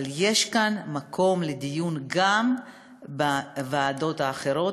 אבל יש כאן מקום לדיון גם בוועדות האחרות.